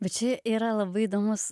bet čia yra labai įdomus